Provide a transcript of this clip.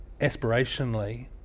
aspirationally